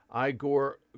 Igor